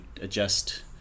adjust